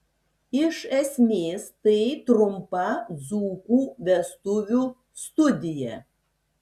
iš esmės tai trumpa dzūkų vestuvių studija